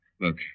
Look